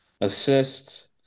assists